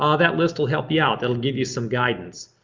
ah that list will help you out. that'll give you some guidance